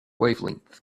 wavelength